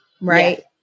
right